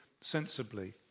sensibly